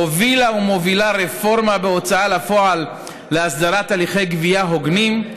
הובילה ומובילה רפורמה בהוצאה לפועל להסדרת הליכי גבייה הוגנים,